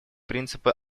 принципы